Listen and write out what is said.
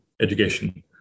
education